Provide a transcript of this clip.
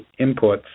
inputs